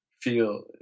feel